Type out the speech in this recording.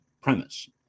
premise